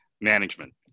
Management